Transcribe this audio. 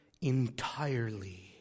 entirely